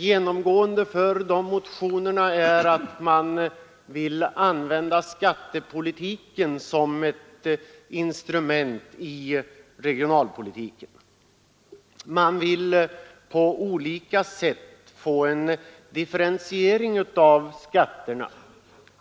Genomgående krävs i motionerna att skattepolitiken skall användas som ett instrument i regionalpolitiken. Man vill på olika sätt få en differentiering av